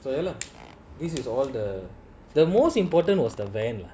so ya lah this is all the the most important was the van